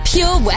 Pure